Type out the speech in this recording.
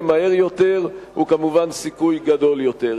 מהר יותר הוא כמובן סיכוי גדול יותר.